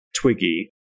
Twiggy